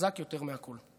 חזק יותר מהכול.